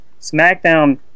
SmackDown